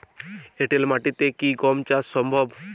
এঁটেল মাটিতে কি গম চাষ সম্ভব?